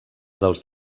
dels